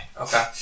Okay